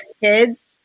kids